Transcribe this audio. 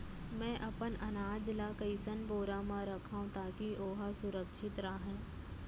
मैं अपन अनाज ला कइसन बोरा म रखव ताकी ओहा सुरक्षित राहय?